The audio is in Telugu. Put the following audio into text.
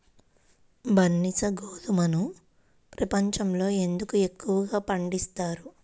బన్సీ గోధుమను ప్రపంచంలో ఎందుకు ఎక్కువగా పండిస్తారు?